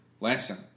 lesson